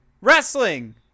wrestling